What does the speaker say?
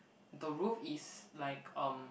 the roof is like um